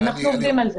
אנחנו עובדים על זה.